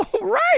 Right